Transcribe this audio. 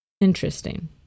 Interesting